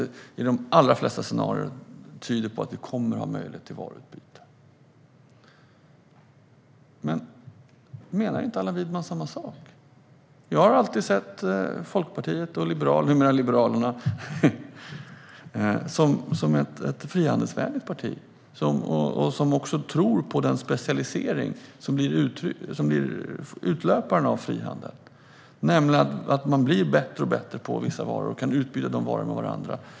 De allra flesta scenarier tyder på att vi kommer att ha möjlighet till varuutbyte. Menar inte Allan Widman samma sak? Jag har alltid sett Folkpartiet, numera Liberalerna, som ett frihandelsvänligt parti som också tror på den specialisering som blir utlöparen av frihandeln, nämligen att man blir bättre och bättre på vissa varor och kan utbyta de varorna med varandra.